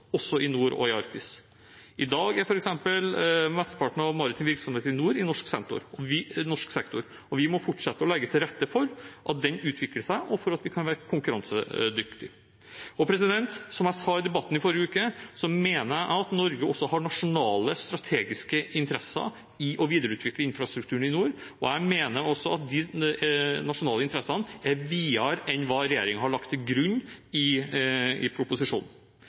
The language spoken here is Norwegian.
også i nord og i Arktis. I dag er f.eks. mesteparten av den maritime virksomheten i nord i norsk sektor. Vi må fortsette å legge til rette for at den utvikler seg, og for at vi kan være konkurransedyktige. Som jeg sa i debatten i forrige uke, mener jeg at Norge også har nasjonal strategisk interesse av å videreutvikle infrastrukturen i nord. Jeg mener også at de nasjonale interessene er videre enn hva regjeringen har lagt til grunn i proposisjonen.